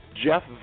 Jeff